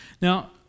Now